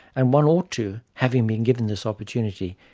and one ought to, having been given this opportunity,